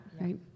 right